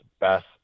best